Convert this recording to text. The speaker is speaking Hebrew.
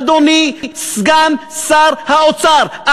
אדוני סגן שר האוצר,